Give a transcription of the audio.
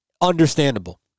Understandable